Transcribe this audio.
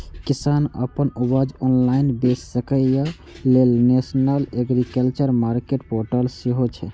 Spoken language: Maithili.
किसान अपन उपज ऑनलाइन बेच सकै, अय लेल नेशनल एग्रीकल्चर मार्केट पोर्टल सेहो छै